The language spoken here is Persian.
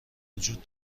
وجود